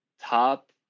top